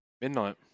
Midnight